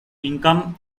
income